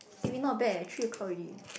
eh we not bad eh three o-clock already